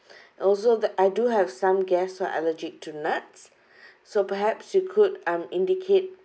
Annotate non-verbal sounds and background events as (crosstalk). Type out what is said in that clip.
(breath) also the I do have some guests who allergic to nuts so perhaps you could um indicate